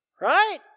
right